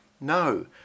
No